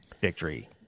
victory